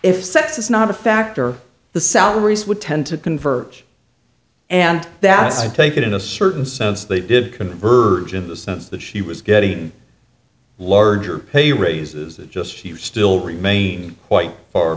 if sex is not a factor the salaries would tend to converge and that's i take it in a certain sense they did converge in the sense that she was getting larger pay raises it just she still remain quite far